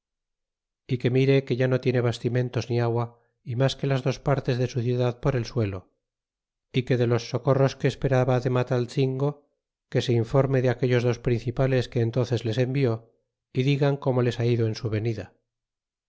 y que mire que ya no tiene bastimentos ni agua y mas de las dos partes de su ciudad por el suelo y que de los socorros que esperaba de mataltzingo que se informe de aquellos dos principales que entúnces les envió é digan como les ha ido en su venida